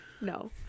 No